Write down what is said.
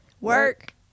Work